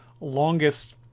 longest